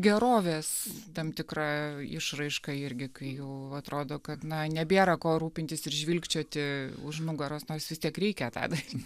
gerovės tam tikra išraiška irgi kai jau atrodo kad na nebėra kuo rūpintis ir žvilgčioti už nugaros nors vis tiek reikia tą daryt